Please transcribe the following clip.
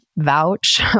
vouch